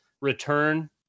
return